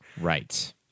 Right